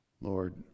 Lord